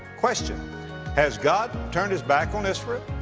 question has god turned his back on israel?